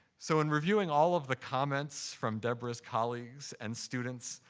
so, in reviewing all of the comments from deborah's colleagues and students,